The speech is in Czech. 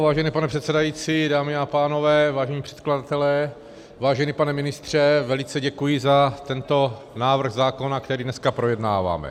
Vážený pane předsedající, dámy a pánové, vážení předkladatelé, vážený pane ministře, velice děkuji za tento návrh zákona, který dneska projednáváme.